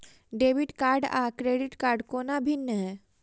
Debit card आ credit कोना भिन्न है?